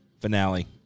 finale